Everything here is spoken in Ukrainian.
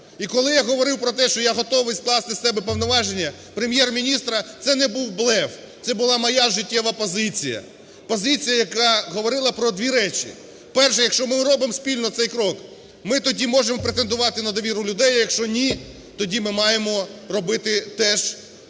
І коли я говорив про те, що я готовий скласти з себе повноваження Прем'єр-міністра – це не був блеф. Це була моя життєва позиція. Позиція, яка говорила про дві речі: перше – якщо ми робимо спільно цей крок, ми тоді можемо претендувати на довіру людей, якщо ні - тоді ми маємо робити теж